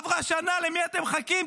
עברה שנה, למי אתם מחכים?